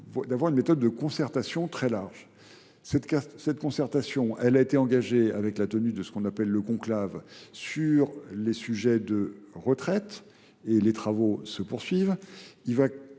d'avoir une méthode de concertation très large. Cette concertation, elle a été engagée avec la tenue de ce qu'on appelle le conclave sur les sujets de retraite et les travaux se poursuivent.